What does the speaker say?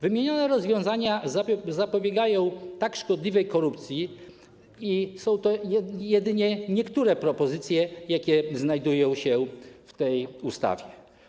Wymienione rozwiązania zapobiegają tak szkodliwej korupcji i są to jedynie niektóre propozycje, jakie znajdują się w tej ustawie.